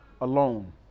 alone